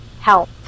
help